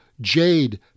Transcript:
jade